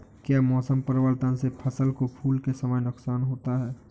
क्या मौसम परिवर्तन से फसल को फूल के समय नुकसान होगा?